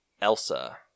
Elsa